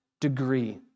degree